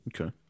Okay